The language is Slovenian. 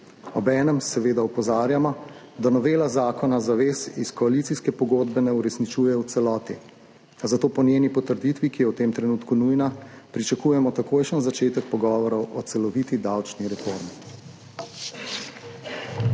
Obenem seveda opozarjamo, da novela zakona zavez iz koalicijske pogodbe ne uresničuje v celoti. Zato po njeni potrditvi, ki je v tem trenutku nujna, pričakujemo takojšen začetek pogovorov o celoviti davčni reformi.